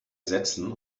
sätzen